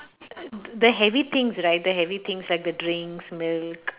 uh th~ the heavy things right the heavy things like the drinks milk